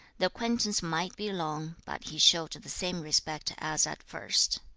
the acquaintance might be long, but he showed the same respect as at first